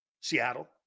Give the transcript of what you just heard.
Seattle